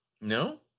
No